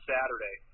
Saturday